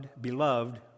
beloved